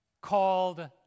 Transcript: called